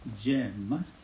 gem